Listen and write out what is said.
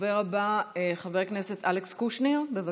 הדובר הבא, חבר הכנסת אלכס קושניר, בבקשה.